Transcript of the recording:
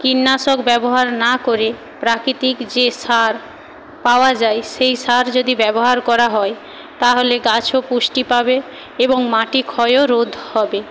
কীটনাশক ব্যবহার না করে প্রাকৃতিক যে সার পাওয়া যায় সেই সার যদি ব্যবহার করা হয় তাহলে গাছও পুষ্টি পাবে এবং মাটি ক্ষয়ও রোধ হবে